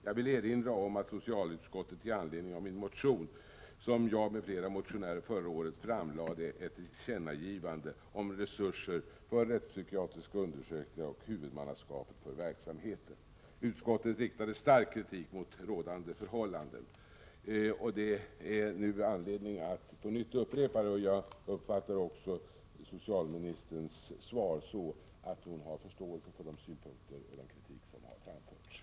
Jag vill erinra om att socialutskottet, i anledning av en motion som jag och några andra motionärer väckte förra året, gjorde ett tillkännagivande om resurser för rättspsykiatriska undersökningar och huvudmannaskapet för verksamheten. Utskottet riktade stark kritik mot rådande förhållanden. Det är nu anledning att på nytt ta upp frågan. Jag tolkar socialministerns svar så att hon har förståelse för de synpunkter och den kritik som framförts.